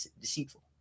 deceitful